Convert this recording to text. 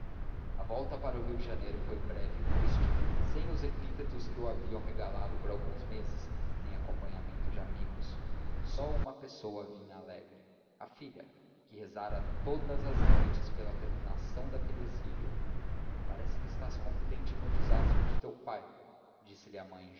a volta para o rio de janeiro foi breve e triste sem os epítetos que o haviam regalado por alguns meses nem acompanhamento de amigos só uma pessoa vinha alegre a filha que rezara todas as noites pela terminação daquele exílio parece que estás contente com o desastre de teu pai disse-lhe a mãe